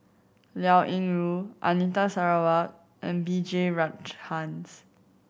Liao Yingru Anita Sarawak and B J Rajhans